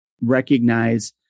recognize